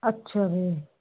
ਅੱਛਾ ਜੀ